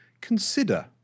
consider